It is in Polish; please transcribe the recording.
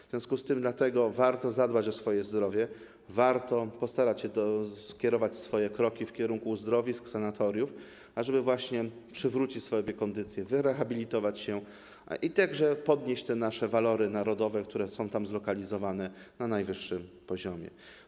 W związku z tym warto zadbać o swoje zdrowie, warto postarać się skierować swoje kroki w stronę uzdrowisk, sanatoriów, żeby właśnie przywrócić sobie kondycję, rehabilitować się i także podnieść te nasze walory narodowe, które są tam zlokalizowane na najwyższym poziomie.